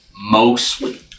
mostly